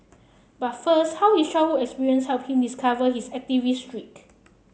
but first how his childhood experiences helped him discover his activist streak